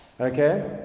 Okay